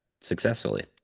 successfully